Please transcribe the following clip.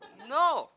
no